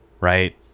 Right